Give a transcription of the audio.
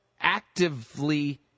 actively